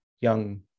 young